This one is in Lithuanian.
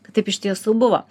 taip iš tiesų buvo